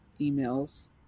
emails